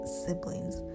siblings